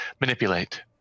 manipulate